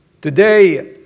Today